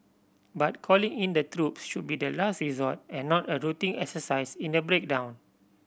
but calling in the troops should be the last resort and not a routine exercise in a breakdown